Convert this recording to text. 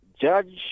Judge